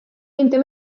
meindio